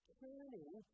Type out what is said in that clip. turning